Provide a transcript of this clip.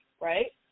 right